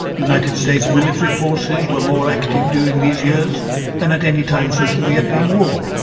united states military forces were more active during these years than at any time since the vietnam war.